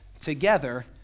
together